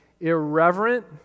irreverent